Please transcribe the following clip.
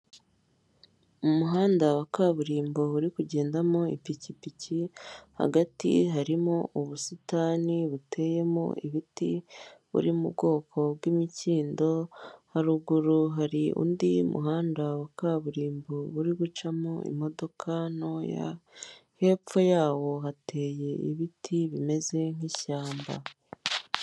Umuhanda wa kaburimbo uri kugendamo ipikipiki hagati harimo ubusitani buteyemo ibiti buri mu bwoko bw'imikindo, haruguru hari undi muhanda wa kaburimbo uri gucamo imodoka ntoya, hepfo yawo hateye ibiti bimeze nk'ishyamba.